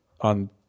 on